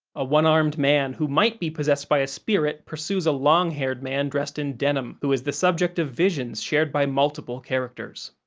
a one-armed man who might be possessed by a spirit pursues a long-haired man dressed in denim who is the subject of visions shared by multiple characters.